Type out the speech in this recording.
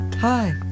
Hi